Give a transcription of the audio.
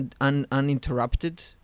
uninterrupted